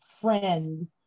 friend